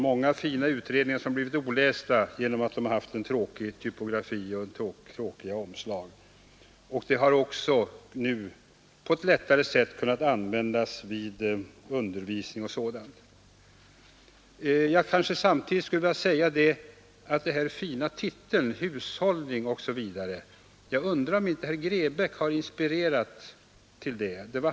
Många fina utredningar har förblivit olästa på grund av att de haft tråkig typografi och tråkiga omslag. Arbetet har på ett lättare sätt kunnat användas vid undervisning och sådant. Samtidigt skulle jag kanske säga något om den fina titeln Hushållning. Jag undrar om det inte är herr Grebäck som inspirerat till denna.